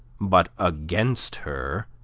but against her